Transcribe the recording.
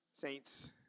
Saints